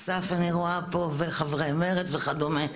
א.ס.ף אני רואה פה וחברי מרצ וכדומה.